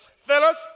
Fellas